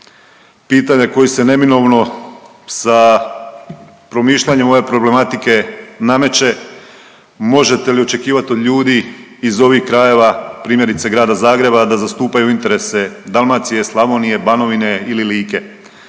Pitanje koje se neminovno sa promišljanjem ove problematike nameće možete li očekivat od ljudi iz ovih krajeva, primjerice Grada Zagreba da zastupaju interese Dalmacije, Slavonije, Banovine ili Like